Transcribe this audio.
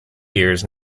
years